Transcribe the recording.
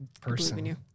person